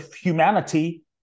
humanity